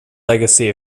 legacy